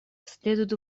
следует